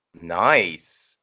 Nice